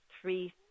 three